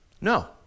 No